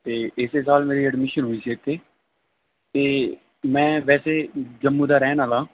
ਅਤੇ ਇਸ ਸਾਲ ਮੇਰੀ ਐਡਮਿਸ਼ਨ ਹੋਈ ਸੀ ਇੱਥੇ ਅਤੇ ਮੈਂ ਵੈਸੇ ਜੰਮੂ ਦਾ ਰਹਿਣ ਵਾਲਾ